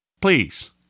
Please